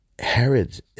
Herod's